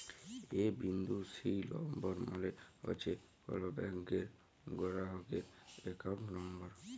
এ বিন্দু সি লম্বর মালে হছে কল ব্যাংকের গেরাহকের একাউল্ট লম্বর